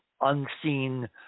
unseen